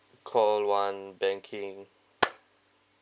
call one banking